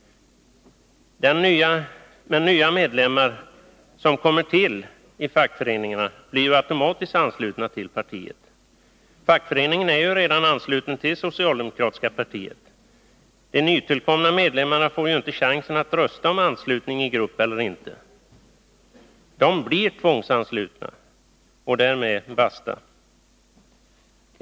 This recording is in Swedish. Men nya medlemmar av en fackförening blir ju automatiskt anslutna till partiet. Fackföreningen är ju redan ansluten till det socialdemokratiska partiet. De nytillkomna medlemmarna får inte chansen att rösta om anslutning i grupp eller inte. De blir tvångsanslutna och därmed basta.